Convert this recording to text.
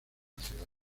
ciudad